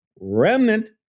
remnant